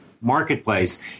marketplace